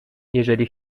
jeżeli